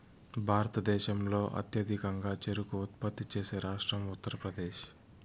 భారతదేశంలో అత్యధికంగా చెరకు ఉత్పత్తి చేసే రాష్ట్రం ఉత్తరప్రదేశ్